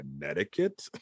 Connecticut